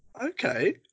Okay